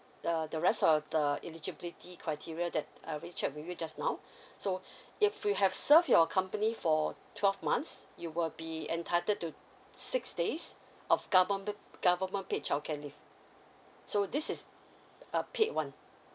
uh the rest of the eligibility criteria that I already checked with you just now so if you have served your company for twelve months you will be entitled to six days of government government paid childcare leave so this is a paid [one]